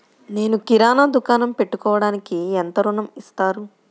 నేను కిరాణా దుకాణం పెట్టుకోడానికి ఎంత ఋణం ఇస్తారు?